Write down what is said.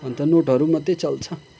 अन्त नोटहरू मात्रै चल्छ